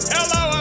Hello